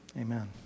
amen